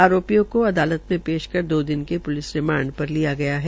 अरोपियों को अदालत में पेश कर दो दिन के पुलिस रिमांड पर लिया गया है